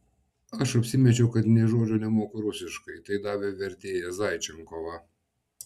aš apsimečiau kad nė žodžio nemoku rusiškai tai davė vertėją zaičenkovą